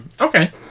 Okay